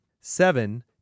Seven